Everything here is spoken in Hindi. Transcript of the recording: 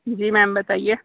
जी मैम बताइए